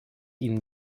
ihnen